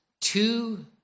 two